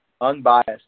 unbiased